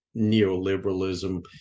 neoliberalism